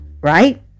Right